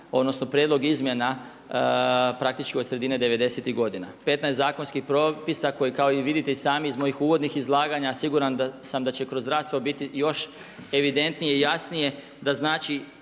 odnosno prijedlog izmjena praktički od sredine 90.tih godina. Petnaest zakonskih propisa koji kao što vidite i sami iz mojih uvodnih izlaganja siguran sam da će kroz raspravu biti još evidentnije i jasnije da znači